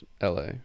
la